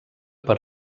per